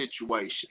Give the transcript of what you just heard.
situation